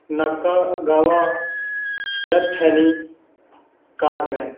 ਨਾਕਾ ਗਾਵਾ ਸਟੈਪ ਹੈਨੀ ਕਾਰਮੈਨ